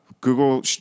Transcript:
Google